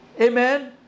Amen